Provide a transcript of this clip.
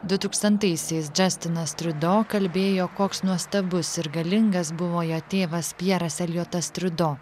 du tūkstantaisiais džastinas triudo kalbėjo koks nuostabus ir galingas buvo jo tėvas pjeras elijotas triudo